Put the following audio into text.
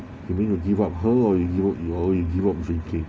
you mean you would give up her or you would or you give up drinking